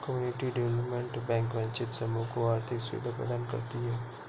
community development bank वंचित समूह को आर्थिक सुविधा प्रदान करती है